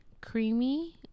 creamy